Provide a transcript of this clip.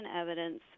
evidence